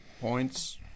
points